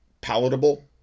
palatable